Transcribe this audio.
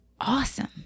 awesome